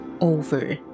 over